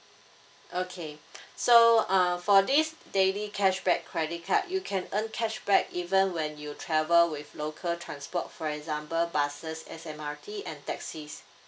okay so uh for this daily cashback credit card you can earn cashback even when you travel with local transport for example buses S_M_R_T and taxis